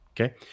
Okay